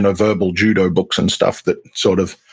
ah verbal judo books and stuff that sort of